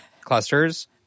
clusters